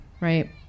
right